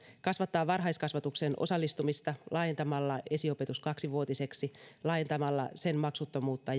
kasvattaa varhaiskasvatukseen osallistumista laajentamalla esiopetus kaksivuotiseksi laajentamalla sen maksuttomuutta